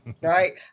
right